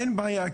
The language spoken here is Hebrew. אין בעיה.